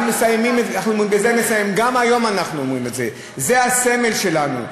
גם היום אנחנו אומרים את זה: זה הסמל שלנו,